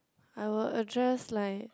I will address like